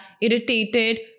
irritated